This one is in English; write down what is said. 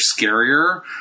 scarier